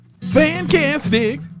Fantastic